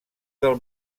del